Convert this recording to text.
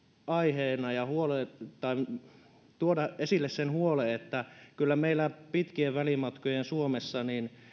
aiheellisena tuoda esille sen huolen että kyllä meillä pitkien välimatkojen suomessa